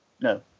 No